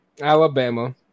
Alabama